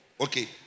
Okay